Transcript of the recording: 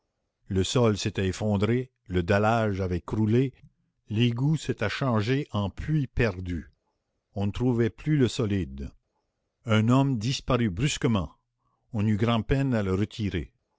le sol s'était effondré le dallage avait croulé l'égout s'était changé en puits perdu on ne trouvait plus le solide un homme disparut brusquement on eut grand'peine à le retirer